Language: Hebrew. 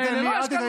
אל תיתן לי ציונים.